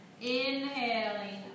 inhaling